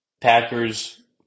Packers